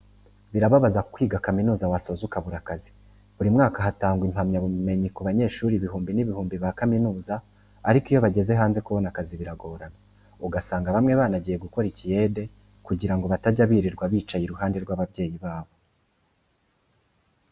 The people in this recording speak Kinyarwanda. Birababaza kwiga kaminuza wasoza ukabura akazi. Buri mwaka hatangwa impamyabumenyi ku banyeshuri ibihumbi n'ibihumbi ba kaminuza ariko iyo bageze hanze kubona akazi biragorana, ugasanga bamwe banagiye gukora ikiyede kugira ngo batajya birirwa bicaye iruhande rw'ababyeyi babo.